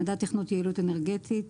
"מדד תכנון יעילות אנרגטית